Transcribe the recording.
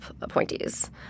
appointees